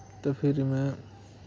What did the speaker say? ते फिर में